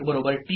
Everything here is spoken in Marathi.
Qn' T'